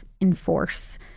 enforce